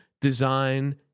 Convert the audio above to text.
design